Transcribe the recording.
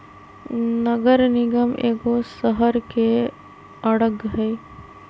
नगर निगम एगो शहरके अङग हइ